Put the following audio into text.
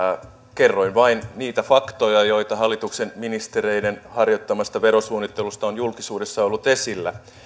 kerroin vain niitä faktoja joita hallituksen ministereiden harjoittamasta verosuunnittelusta on julkisuudessa ollut esillä